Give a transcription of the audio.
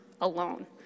alone